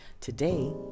today